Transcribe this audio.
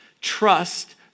trust